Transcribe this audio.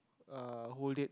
uh hold it